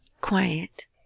quiet